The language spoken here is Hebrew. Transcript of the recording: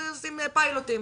עושים פיילוטים,